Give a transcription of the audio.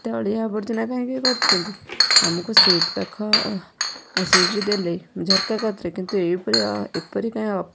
ଏତେ ଅଳିଆ ଆବର୍ଜନା କାହିଁକି କରୁଛନ୍ତି ଆମୁକୁ ସିଟ ପାଖ ସିଟ ଦେଲେ ଝରକା କତିରେ କିନ୍ତୁ ଏଇପରି ଅ ଏପରି କାହିଁ ଅ